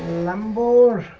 number